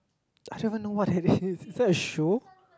I don't even know what that is is that a show